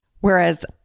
Whereas